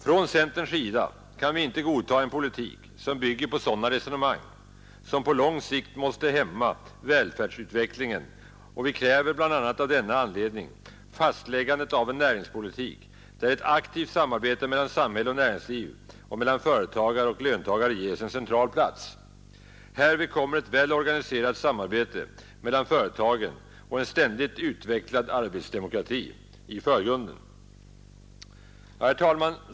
Från centerns sida kan vi icke godta en politik som bygger på sådana resonemang, som på lång sikt måste hämma välfärdsutvecklingen, och vi kräver bl.a. av denna anledning fastläggandet av en näringspolitik där ett aktivt samarbete mellan samhälle och näringsliv och mellan företagare och löntagare ges en central plats, Härvid kommer ett väl organiserat samarbete mellan företagen och en ständigt utvecklad arbetsdemokrati i förgrunden. Herr talman!